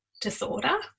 disorder